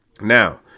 Now